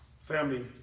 Family